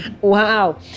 Wow